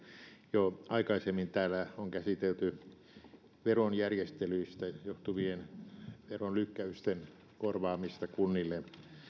jo aikaisemmin täällä on käsitelty verojärjestelyistä johtuvien veronlykkäysten korvaamista kunnille